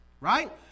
right